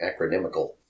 acronymical